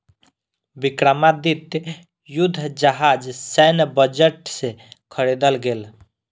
विक्रमादित्य युद्ध जहाज सैन्य बजट से ख़रीदल गेल